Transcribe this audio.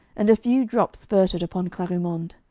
and a few drops spurted upon clarimonde.